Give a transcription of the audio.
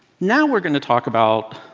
now we're going to talk about,